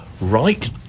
right